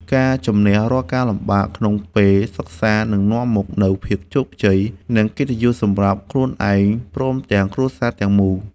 ការជម្នះរាល់ការលំបាកក្នុងពេលសិក្សានឹងនាំមកនូវភាពជោគជ័យ និង កិត្តិយសសម្រាប់ខ្លួនឯងព្រមទាំងក្រុមគ្រួសារទាំងមូល។